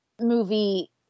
movie